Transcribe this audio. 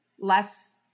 less